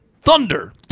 Thunder